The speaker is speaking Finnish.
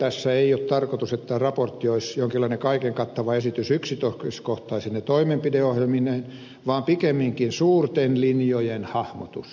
tässä ei ole tarkoitus että raportti olisi jonkinlainen kaikenkattava esitys yksityiskohtaisine toimenpideohjelmineen vaan pikemminkin suurten linjojen hahmotus